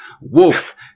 Wolf